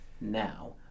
now